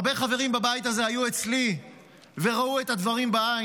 הרבה חברים בבית הזה היו אצלי וראו את הדברים בעין.